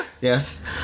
Yes